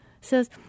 says